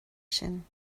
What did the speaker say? sin